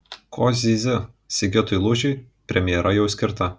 ko zyzi sigitui lūžiui premija jau skirta